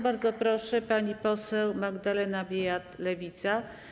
Bardzo proszę, pani poseł Magdalena Biejat, Lewica.